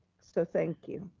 so thank you.